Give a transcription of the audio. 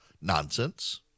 nonsense